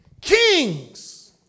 Kings